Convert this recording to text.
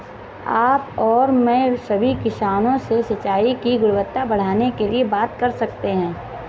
आप और मैं सभी किसानों से सिंचाई की गुणवत्ता बढ़ाने के लिए बात कर सकते हैं